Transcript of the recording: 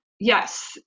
yes